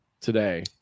today